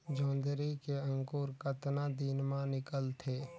जोंदरी के अंकुर कतना दिन मां निकलथे?